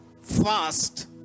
fast